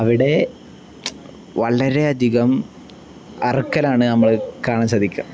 അവിടെ വളരെയധികം അറയ്ക്കലാണ് നമ്മൾ കാണാൻ സധിക്കുക